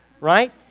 Right